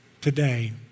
Today